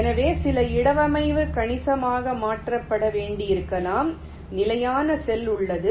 எனவே சில இடவமைவு கணிசமாக மாற்றப்பட வேண்டியிருக்கலாம் நிலையான செல் உள்ளது